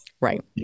Right